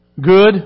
good